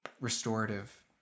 restorative